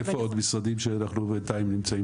איפה עוד משרדים שאנחנו בינתיים נמצאים